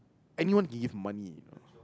anyone give money you know